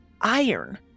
iron